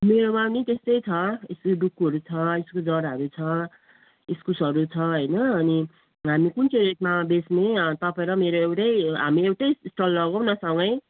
मेरोमा नि त्यस्तै छ यसो डुकुहरू छ इस्कुस जराहरू छ इस्कुसहरू छ होइन अनि हामी कुन चाहिँ रेटमा बेच्ने तपाईँ र मेरो एउटै हामी एउटै स्टल लगाउन सँगै